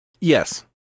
Yes